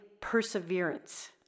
perseverance